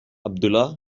abdullah